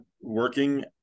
working